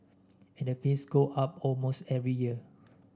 and the fees go up almost every year